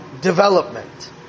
development